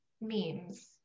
memes